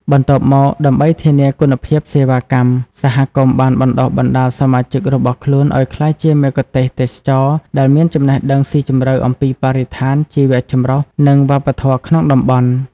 បន្ទាប់មក ដើម្បីធានាគុណភាពសេវាកម្ម សហគមន៍បានបណ្ដុះបណ្ដាលសមាជិករបស់ខ្លួនឱ្យក្លាយជាមគ្គុទ្ទេសក៍ទេសចរណ៍ដែលមានចំណេះដឹងស៊ីជម្រៅអំពីបរិស្ថាន ជីវៈចម្រុះ និងវប្បធម៌ក្នុងតំបន់។